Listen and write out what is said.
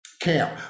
camp